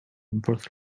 birth